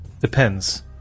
Depends